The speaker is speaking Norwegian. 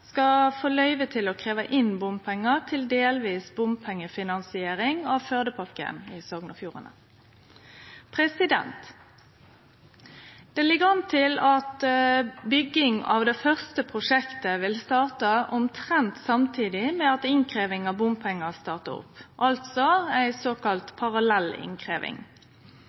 skal få løyve til å krevje inn bompengar til delvis bompengefinansiering av Førdepakken i Sogn og Fjordane. Det ligg an til at bygging av det første prosjektet vil starte omtrent samtidig med at innkrevjinga av bompengar startar opp, altså ei såkalla